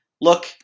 look